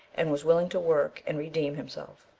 and was willing to work and redeem himself.